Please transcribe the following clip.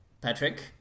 Patrick